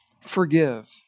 forgive